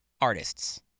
artists